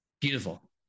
Beautiful